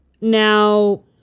Now